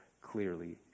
clearly